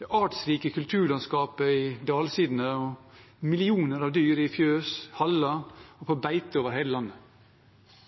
det artsrike kulturlandskapet i dalsidene og millioner av dyr i fjøs, haller og på beite over hele landet